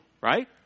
right